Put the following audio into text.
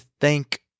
thank